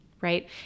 right